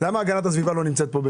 למה באמת הגנת הסביבה לא נמצאת כאן?